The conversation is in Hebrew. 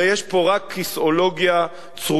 הרי יש פה רק כיסאולוגיה צרופה,